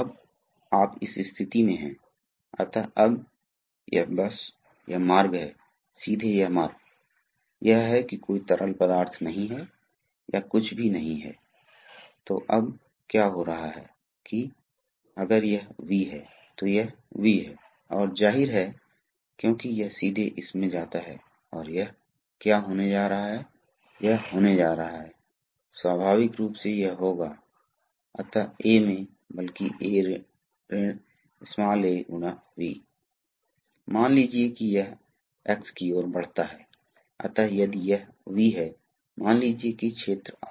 आप जानते हैं इन वाल्वों में याद रखें कि मान लीजिए पंप एक लोड के माध्यम से तरल पदार्थ देने की कोशिश कर रहा है और लोड बढ़ रहा है अब मान लीजिए कि लोड यांत्रिक रूप से जाम हो जाता है तो क्या होने वाला है पंप तरल पदार्थ और भार को चलाने की कोशिश कर रहा है ऐसा नहीं हो रहा है इसलिए तरल पदार्थ तुरंत दबाए जाएंगे क्योंकि आप देखते हैं यह अपरिवर्तनीय है जिससे बहुत उच्च दबाव उत्पन्न होगा और उच्च दबाव वास्तव में बहुत हानिकारक हो सकता है वे खुल सकते हैं वे सील को नुकसान पहुंचा सकते हैं वे फिटिंग में विस्फोट कर सकते हैं आदि इसलिए दबाव हमेशा इन सभी उपकरण में होना चाहिए अगर दबाव अचानक बहुत अधिक हो जाता है